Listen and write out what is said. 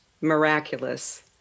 miraculous